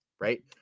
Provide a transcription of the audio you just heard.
Right